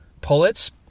Pullets